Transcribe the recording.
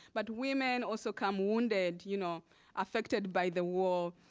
but women also come wounded, you know affected by the war,